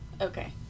okay